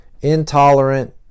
intolerant